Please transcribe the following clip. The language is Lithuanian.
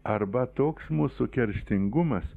arba toks mūsų kerštingumas